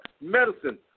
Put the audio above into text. medicine